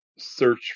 Search